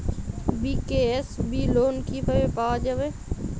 BKSB loan কিভাবে পাওয়া যাবে?